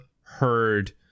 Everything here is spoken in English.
heard